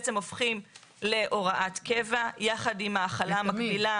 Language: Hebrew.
הופכים להוראת קבע יחד עם ההחלה המקבילה